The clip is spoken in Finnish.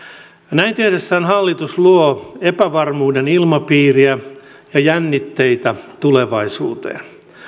näin tehdessään hallitus luo epävarmuuden ilmapiiriä ja jännitteitä tulevaisuuteen